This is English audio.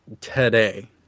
today